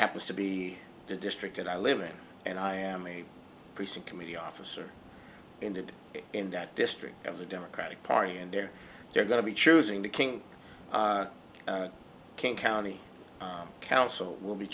happens to be the district that i live in and i am a precinct committee officer ended in that district of the democratic party and there they're going to be choosing the king king county council will be